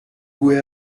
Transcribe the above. due